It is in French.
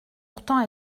pourtant